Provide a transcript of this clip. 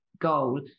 goal